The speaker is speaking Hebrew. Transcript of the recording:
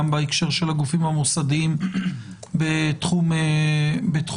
גם בהקשר של הגופים המוסדיים בתחום הפנסיה.